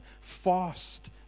fast